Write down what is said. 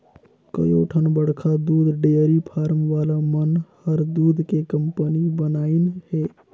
कयोठन बड़खा दूद डेयरी फारम वाला मन हर दूद के कंपनी बनाईंन हें